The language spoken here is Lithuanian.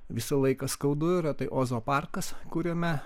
visą laiką skaudu yra tai ozo parkas kuriame